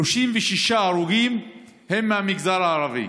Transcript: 36 הרוגים הם מהמגזר הערבי.